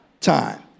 time